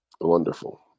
Wonderful